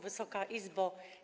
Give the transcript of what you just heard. Wysoka Izbo!